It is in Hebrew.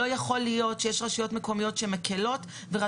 לא יכול להיות שיש רשויות מקומיות שמקלות ויש